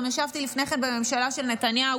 גם ישבתי לפני כן בממשלה של נתניהו,